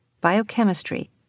biochemistry